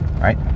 right